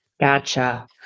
Gotcha